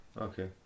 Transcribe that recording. okay